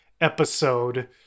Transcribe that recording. episode